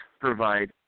provide